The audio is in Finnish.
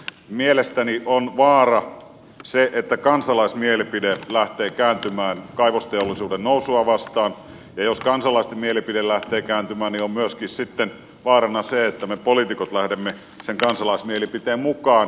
mielestäni on vaara se että kansalaismielipide lähtee kääntymään kaivosteollisuuden nousua vastaan ja jos kansalaisten mielipide lähtee kääntymään niin on myöskin sitten vaarana se että me poliitikot lähdemme sen kansalaismielipiteen mukaan